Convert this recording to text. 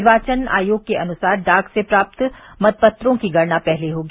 निर्वाचन आयोग के अनुसार डाक से प्राप्त मत पत्रों की गणना पहले होगी